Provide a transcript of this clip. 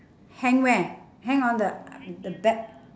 hang where hang on the the bag